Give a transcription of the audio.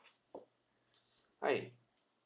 hi